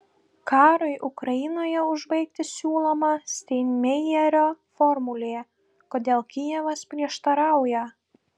karui ukrainoje užbaigti siūloma steinmeierio formulė kodėl kijevas prieštarauja